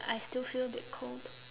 but I still feel a bit cold